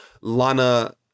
Lana